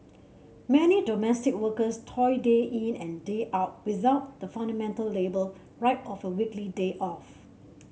many domestic workers toil day in and day out without the fundamental labour right of a weekly day off